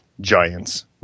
Giants